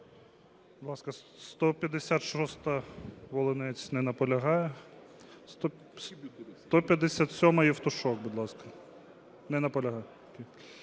Будь ласка, 156-а, Волинець. Не наполягає. 157-а, Євтушок, будь ласка. Не наполягає.